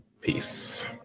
Peace